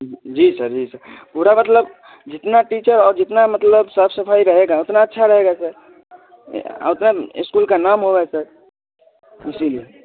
जी sir जी sir पूरा मतलब जितना टीचर और जितना मतलब साफ सफाई रहेगा उतना अच्छा रहेगा सर और सर स्कूल का नाम होगा सर उसी लिए